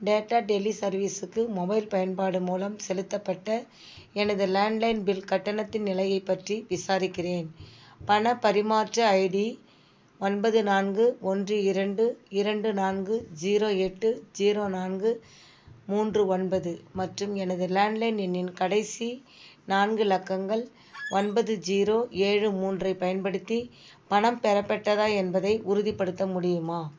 data tele சர்வீஸ்ஸுக்கு mobile பயன்பாடு மூலம் செலுத்தப்பட்ட எனது லேண்ட் லைன் பில் கட்டணத்தின் நிலையைப் பற்றி விசாரிக்கிறேன் பணப் பரிமாற்ற ஐடி ஒன்பது நான்கு ஒன்று இரண்டு இரண்டு நான்கு ஜீரோ எட்டு ஜீரோ நான்கு மூன்று ஒன்பது மற்றும் எனது லேண்ட் லைன் எண்ணின் கடைசி நான்கு இலக்கங்கள் ஒன்பது ஜீரோ ஏழு மூன்றைப் பயன்படுத்தி பணம் பெறப்பட்டதா என்பதை உறுதிப்படுத்த முடியுமா